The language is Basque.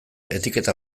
etiketa